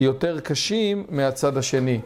יותר קשים מהצד השני.